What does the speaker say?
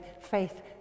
faith